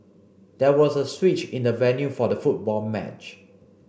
there was a switch in the venue for the football match